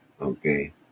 okay